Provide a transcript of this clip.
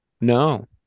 No